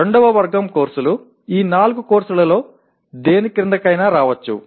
రెండవ వర్గం కోర్సులు ఈ నాలుగు కోర్సులలో దేని క్రిందకైనా రావచ్చు